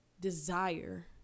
desire